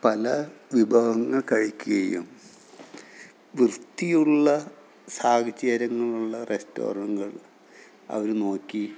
പല വിഭവങ്ങൾ കഴിക്കുകയും വൃത്തിയുള്ള സാഹചര്യങ്ങളുള്ള റെസ്റ്റോറന്റുകൾ അവര് നോക്കി